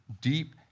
deep